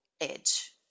edge